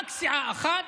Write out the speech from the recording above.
רק סיעה אחת,